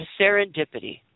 serendipity